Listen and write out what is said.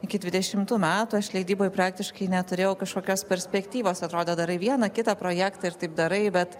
iki dvidešimtų metų aš leidyboj praktiškai neturėjau kažkokios perspektyvos atrodo darai vieną kitą projektą ir taip darai bet